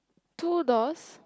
two doors